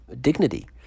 dignity